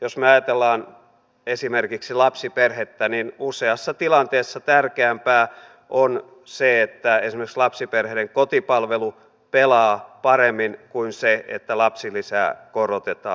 jos me ajattelemme esimerkiksi lapsiperhettä niin useassa tilanteessa tärkeämpää on se että esimerkiksi lapsiperheiden kotipalvelu pelaa paremmin kuin se että lapsilisää korotetaan